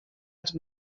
als